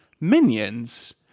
Minions